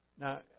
now